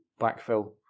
backfill